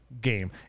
game